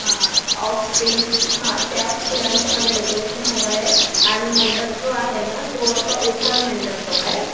हां off pink हां त्या फुलांचं मला डेकोरेशन हवं आहे आणि मंडप जो आहे ना तो असं ओपन मंडप हवा आहे